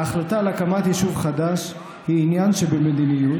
ההחלטה על הקמת יישוב חדש היא עניין שבמדיניות,